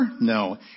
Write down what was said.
No